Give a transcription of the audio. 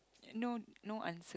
no no answer